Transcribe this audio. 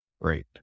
Great